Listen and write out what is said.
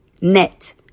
net